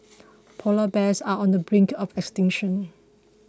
Polar Bears are on the brink of extinction